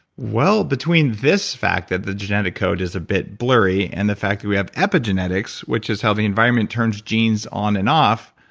well, between this fact that the genetic code is a bit blurry and the fact that we have epigenetics, which is how the environment turns genes on and off,